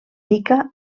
pica